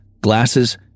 glasses